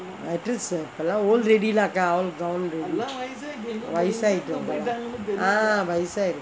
address ah இப்பெல்லாம்:ippellam old already lah அக்கா:akka all gone already வயசாயிட்டு அவங்களாம்:vayasaayittu avangaelaam ah வயசாயிருக்கும்:vayasayirukkum